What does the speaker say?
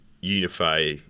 unify